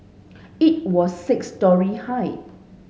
it was six storey high